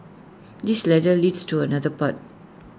this ladder leads to another path